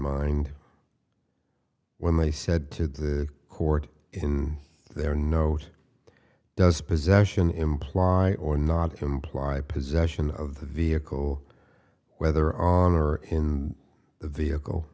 mind when they said to the court in their note does possession imply or not imply possession of the vehicle whether on or in the vehicle